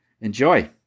Enjoy